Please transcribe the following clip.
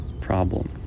problem